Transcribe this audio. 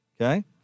Okay